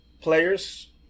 players